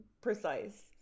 precise